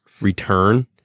return